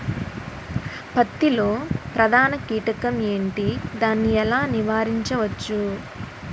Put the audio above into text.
పత్తి లో ప్రధాన కీటకం ఎంటి? దాని ఎలా నీవారించచ్చు?